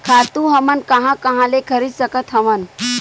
खातु हमन कहां कहा ले खरीद सकत हवन?